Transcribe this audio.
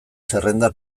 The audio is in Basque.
zerrenda